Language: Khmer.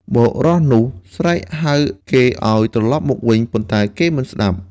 បុរសនោះស្រែកហៅគេឱ្យត្រឡប់មកវិញ ប៉ុន្តែគេមិនស្ដាប់។